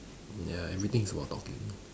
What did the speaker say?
ya everything is about talking